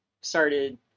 started